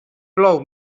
plou